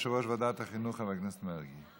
שהחזירה ועדת הפנים והגנת הסביבה,